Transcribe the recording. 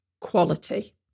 quality